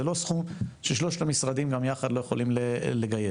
זה לא סכום ששלושת המשרדים גם יחד לא יכולים לגייס.